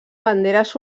banderes